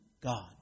God